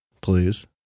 please